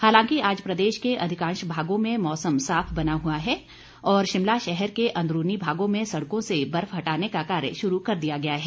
हालांकि आज प्रदेश के अधिकांश भागों में मौसम साफ बना हुआ है और शिमला शहर के अंदरूनी भागों में सड़कों से बर्फ हटाने का कार्य शुरू कर दिया गया है